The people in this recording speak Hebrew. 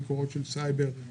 ביקורות של סייבר,